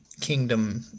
Kingdom